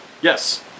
Yes